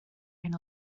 hyn